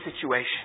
situation